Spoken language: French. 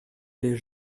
les